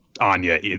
Anya